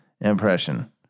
impression